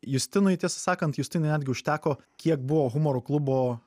justinui tiesą sakant justui netgi užteko kiek buvo humoro klubo